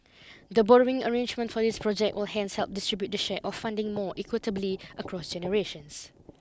the borrowing arrangements for these project will hence help distribute the share of funding more equitably across generations